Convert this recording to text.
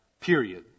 period